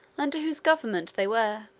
under whose government they were.